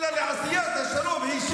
אלא היישר לעשיית השלום.